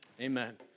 Amen